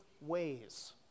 ways